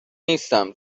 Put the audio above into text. نیستم